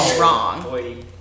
wrong